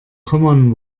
common